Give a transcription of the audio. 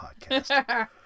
podcast